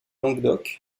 languedoc